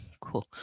cool